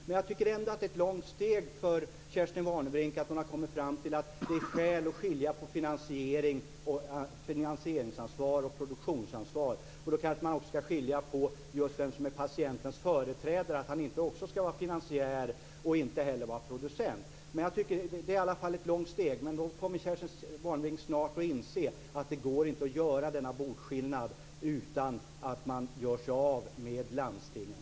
Men jag tycker ändå att Kerstin Warnerbring har tagit ett stort steg när hon har kommit fram till att det finns skäl att skilja mellan finansieringsansvar och produktionsansvar. Då skall man kanske också göra en åtskillnad så att inte patientens företrädare också är finansiär eller producent. Det är i alla fall ett stort steg. Snart kommer nog Kerstin Warnerbring att inse att det inte går att göra denna åtskillnad utan att man gör sig av med landstingen.